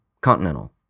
continental